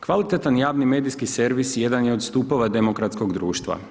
Kvalitetan i javni medijski servis jedan je od stupova demokratskog društva.